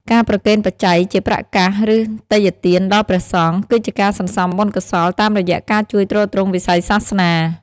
ការប្រគេនបច្ច័យ ជាប្រាក់កាស ឬទេយ្យទានដល់ព្រះសង្ឃ គឺជាការសន្សំបុណ្យកុសលតាមរយៈការជួយទ្រទ្រង់វិស័យសាសនា។